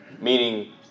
meaning